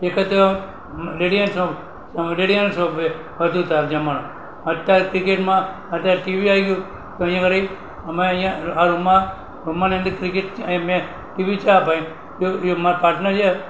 એ વખતે રેડિયાનો શોખ રેડિયાનો શોખ હતું ત્યારે જમાનો અત્યારે ક્રિકેટમાં અત્યારે ટીવી આવી ગયું ઘણીવાર એ અમારે અહીંયા આ રૂમમાં રમવાની અહીંયા ક્રિકેટ અહીં મેં ટીવી છે આ ભાઈ એ અમારો પાર્ટનર છે